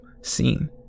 scene